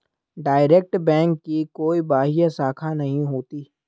direct bank की कोई बाह्य शाखा नहीं होती